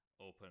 open